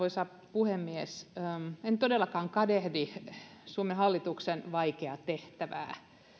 puhemies en todellakaan kadehdi suomen hallituksen vaikeaa tehtävää